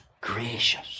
Gracious